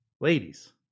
ladies